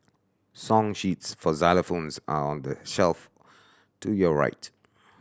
song sheets for xylophones are on the shelf to your right